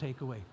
takeaway